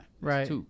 Right